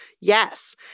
Yes